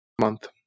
month